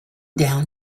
down